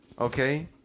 Okay